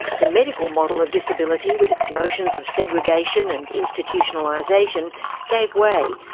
the medical model of disability with its notions of segregation and institutionalisation gave way,